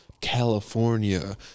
California